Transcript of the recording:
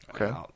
Okay